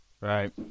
Right